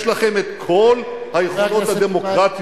חבר הכנסת, יש לכם כל היכולות הדמוקרטיות.